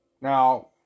Now